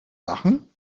lachen